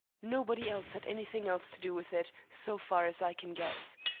nobody else had anything else to do with it, so far as i can guess.